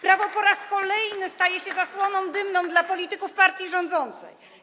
Prawo po raz kolejny staje się zasłoną dymną dla polityków partii rządzącej.